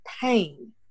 pain